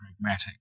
pragmatic